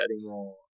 anymore